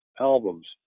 albums